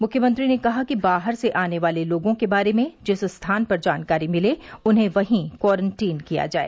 मुख्यमंत्री ने कहा कि बाहर से आने वाले लोगों के बारे में जिस स्थान पर जानकारी मिले उन्हें वहीं क्वारंटीन किया जाए